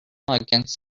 against